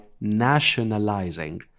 nationalizing